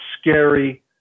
scary